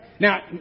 now